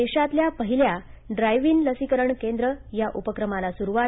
देशातल्या पहिल्या drive in लसीकरण केंद्र या उपक्रमाला सुरुवात